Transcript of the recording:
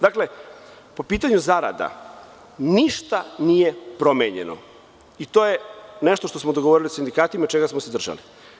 Dakle, po pitanju zarada ništa nije promenjeno i to je nešto što smo dogovorili sa sindikatima i čega smo se držali.